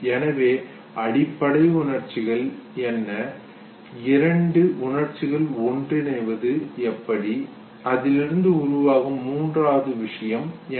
எனவே அடிப்படை உணர்ச்சிகள் என்ன இரண்டு உணர்ச்சிகள் ஒன்றிணைவது எப்படி அதிலிருந்து உருவாகும் மூன்றாவது விஷயம் என்ன